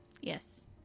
Yes